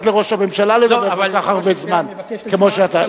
לראש הממשלה לדבר כל כך הרבה זמן כמו שאתה,